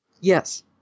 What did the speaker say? Yes